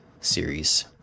series